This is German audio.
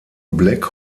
black